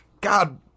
god